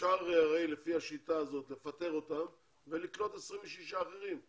אפשר הרי לפי השיטה הזאת לפטר אותם ולקלוט 26 אחרים,